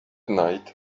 night